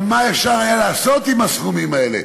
אבל מה אפשר היה לעשות עם הסכומים האלה,